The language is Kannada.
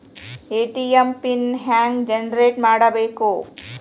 ಎ.ಟಿ.ಎಂ ಪಿನ್ ಹೆಂಗ್ ಜನರೇಟ್ ಮಾಡಬೇಕು?